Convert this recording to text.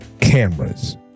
cameras